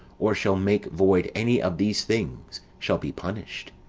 or shall make void any of these things, shall be punished.